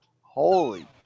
holy